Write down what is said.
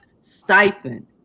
stipend